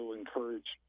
encourage